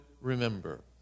remember